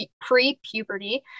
pre-puberty